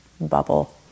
bubble